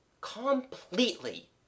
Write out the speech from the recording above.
Completely